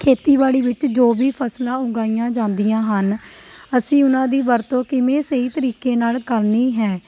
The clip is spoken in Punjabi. ਖੇਤੀਬਾੜੀ ਵਿੱਚ ਜੋ ਵੀ ਫਸਲਾਂ ਉਗਾਈਆਂ ਜਾਂਦੀਆਂ ਹਨ ਅਸੀਂ ਉਹਨਾਂ ਦੀ ਵਰਤੋਂ ਕਿਵੇਂ ਸਹੀ ਤਰੀਕੇ ਨਾਲ਼ ਕਰਨੀ ਹੈ